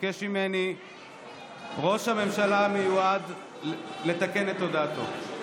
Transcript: ביקש ממני ראש הממשלה המיועד לתקן את הודעתו.